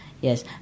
Yes